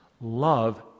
love